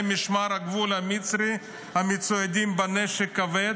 משמר הגבול המצרי המצוידים בנשק כבד,